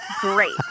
great